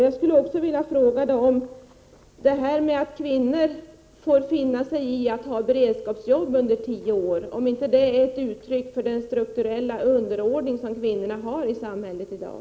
Jag skulle också vilja fråga: Detta att kvinnor får finna sig i att ha beredskapsarbete under tio år, är inte det ett uttryck för den strukturella underordning som gäller för kvinnorna i samhället i dag?